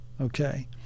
Okay